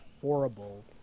horrible